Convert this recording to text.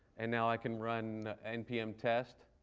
and now i can run npm test,